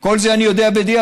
את כל זה אני יודע בדיעבד,